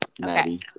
Maddie